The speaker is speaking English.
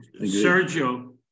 Sergio